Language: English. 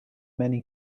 many